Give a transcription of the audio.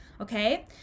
Okay